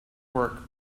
work